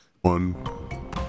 One